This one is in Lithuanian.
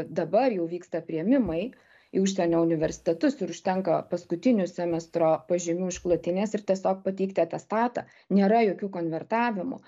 dabar jau vyksta priėmimai į užsienio universitetus ir užtenka paskutinių semestro pažymių išklotinės ir tiesiog pateikti atestatą nėra jokių konvertavimų